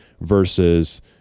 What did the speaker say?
versus